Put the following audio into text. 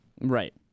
Right